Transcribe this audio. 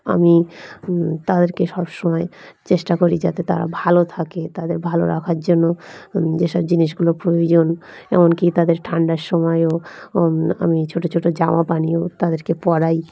আমি তাদেরকে সবসময় চেষ্টা করি যাতে তারা ভালো থাকে তাদের ভালো রাখার জন্য যেসব জিনিসগুলো প্রয়োজন এমন কি তাদের ঠান্ডার সময়েও আমি ছোট ছোট জামা পানিও তাদেরকে পরাই